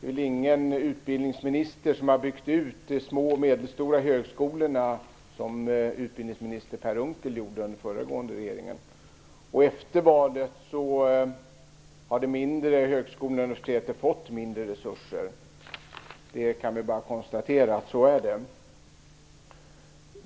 väl ingen utbildningsminister som har byggt ut de små och medelstora högskolorna så mycket som utbildningsminister Per Unckel gjorde under den förra regeringen. Efter valet fick de mindre högskolorna och universiteten mindre resurser. Vi kan bara konstatera att det är så.